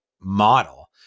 model